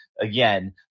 again